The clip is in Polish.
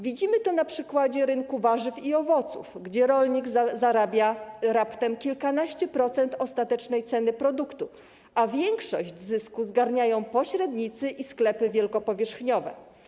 Widzimy to na przykładzie rynku warzyw i owoców, gdzie rolnik zarabia raptem kilkanaście procent ostatecznej ceny produktu, a większość zysku zgarniają pośrednicy i sklepy wielkopowierzchniowe.